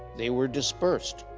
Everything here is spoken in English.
they were dispersed.